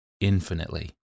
infinitely